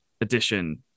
edition